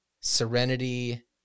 Serenity